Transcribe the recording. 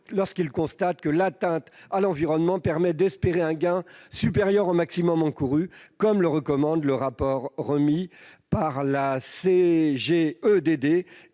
lorsqu'ils constatent que l'atteinte à l'environnement permet d'espérer un gain supérieur au maximum de l'amende encourue, comme le recommande le rapport remis par le CGEDD